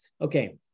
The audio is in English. Okay